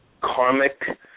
karmic